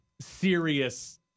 serious